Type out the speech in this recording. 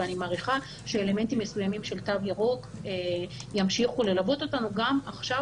ואני מעריכה שאלמנטים מסוימים של תו ירוק ימשיכו ללוות אותנו גם עכשיו,